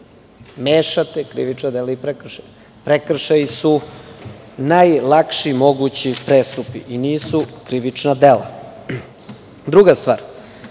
Mešate krivična dela i prekršaje. Prekršaji su najlakši mogući prestupi i nisu krivična dela. Druga stvar,